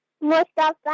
Mustafa